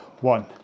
one